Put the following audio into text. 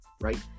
Right